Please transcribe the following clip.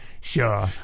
Sure